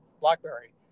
Blackberry